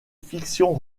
fiction